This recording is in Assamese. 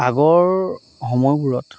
আগৰ সময়বোৰত